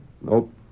Nope